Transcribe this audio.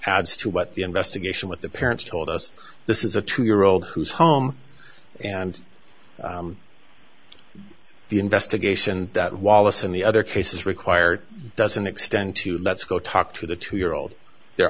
adds to what the investigation what the parents told us this is a two year old who's home and the investigation that wallace and the other cases required doesn't extend to let's go talk to the two year old the